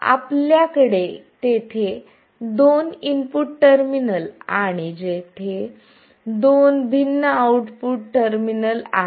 तर आपल्याकडे तेथे दोन इनपुट टर्मिनल आणि तेथे दोन भिन्न आउटपुट टर्मिनल आहेत